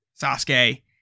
Sasuke